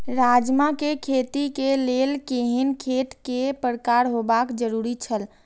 राजमा के खेती के लेल केहेन खेत केय प्रकार होबाक जरुरी छल?